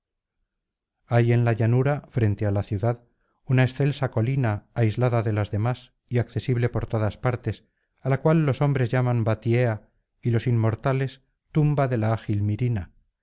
hay en la llanura frente á la ciudad una excelsa colina aislada de las demás y accesible por todas partes á la cual los hombres llaman batiea y los inmortales tumba de la ágil mirina